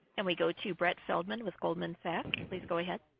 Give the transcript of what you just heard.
and we go to brett feldman with goldman sachs. please go ahead.